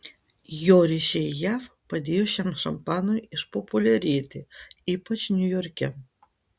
jo ryšiai jav padėjo šiam šampanui išpopuliarėti ypač niujorke